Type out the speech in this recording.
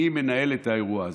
אני מנהל את האירוע הזה.